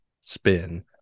spin